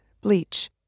bleach